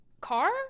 car